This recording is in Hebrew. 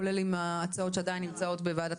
כולל עם ההצעות שנמצאות עדיין בוועדת